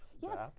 Yes